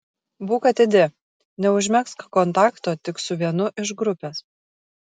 būk atidi neužmegzk kontakto tik su vienu iš grupės